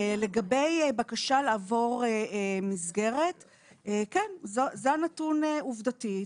לגבי בקשה לעבור מסגרת, כן, זה נתון עובדתי.